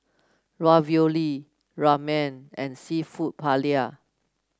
Ravioli Ramen and seafood Paella